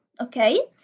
okay